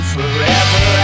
Forever